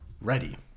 Ready